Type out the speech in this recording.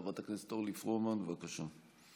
חברת הכנסת אורלי פרומן, בבקשה.